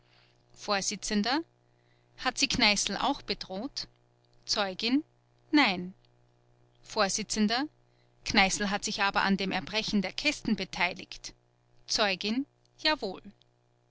vors hat sie kneißl auch bedroht zeugin nein vors kneißl hat sich aber an dem erbrechen der kästen beteiligt zeugin jawohl